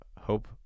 hope